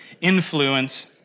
influence